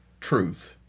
truth